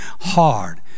Hard